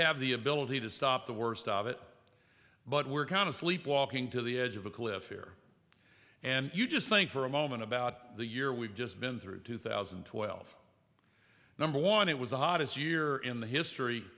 have the ability to stop the worst of it but we're kind of sleepwalking to the edge of a cliff here and you just think for a moment about the year we've just been through two thousand and twelve number one it was the hottest year in the history